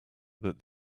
that